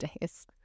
days